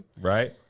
Right